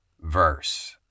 verse